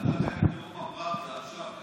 אתה נתת את נאום הפרבדה עכשיו.